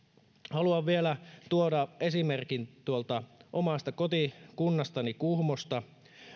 haluan vielä tuoda esimerkin tuolta omasta kotikunnastani kuhmosta